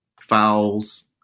fouls